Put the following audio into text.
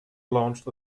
launched